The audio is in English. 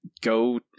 go